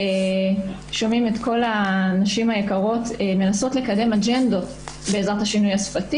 שומעים את כל הנשים היקרות מנסות לקדם אג'נדות בעזרת השינוי השפתי.